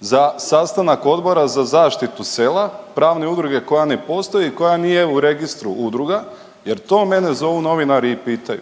za sastanak Odbora za zaštitu sela, pravne udruge koja ne postoji i koja nije u Registru udruga jer to mene zovu novinari i pitaju.